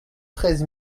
treize